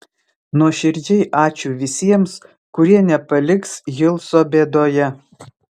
nuoširdžiai ačiū visiems kurie nepaliks hilso bėdoje